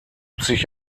sich